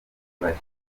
bari